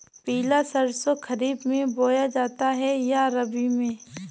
पिला सरसो खरीफ में बोया जाता है या रबी में?